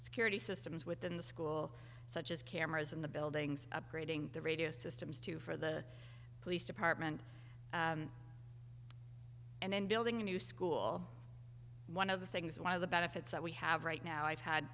security systems within the school such as cameras in the buildings upgrading the radio systems to for the police department and then building a new school one of the things one of the benefits that we have right now i've had